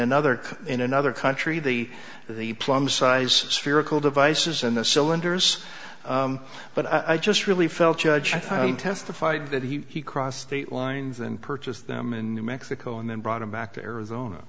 another in another country the the plum size spherical devices and the cylinders but i just really felt judged testified that he crossed state lines and purchased them in new mexico and then brought them back to arizona